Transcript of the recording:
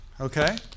Okay